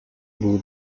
były